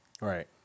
right